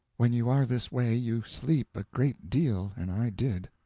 when you are this way you sleep a great deal, and i did.